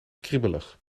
kriebelig